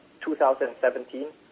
2017